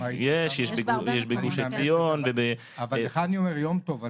יש בגוש עציון -- אבל לך אני אומר יום טוב,